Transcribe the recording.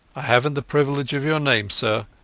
ai havenat the privilege of your name, sir,